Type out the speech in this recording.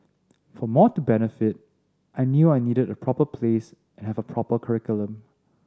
for more to benefit I knew I needed a proper place and have a proper curriculum